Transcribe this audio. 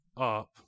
up